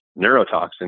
neurotoxin